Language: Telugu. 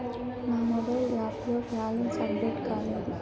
నా మొబైల్ యాప్ లో బ్యాలెన్స్ అప్డేట్ కాలేదు